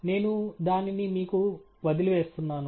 నేను దానిని మీకు వదిలివేస్తున్నాను